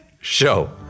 Show